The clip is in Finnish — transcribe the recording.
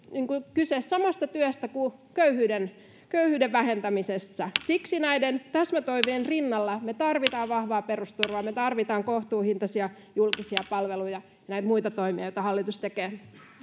kyse samasta työstä kuin köyhyyden köyhyyden vähentämisessä siksi näiden täsmätoimien rinnalla me tarvitsemme vahvaa perusturvaa me tarvitsemme kohtuuhintaisia julkisia palveluja ja näitä muita toimia joita hallitus tekee